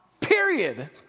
period